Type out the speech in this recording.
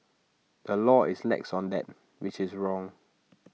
the law is lax on that which is wrong